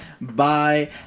bye